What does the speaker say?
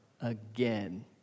again